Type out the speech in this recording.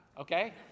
Okay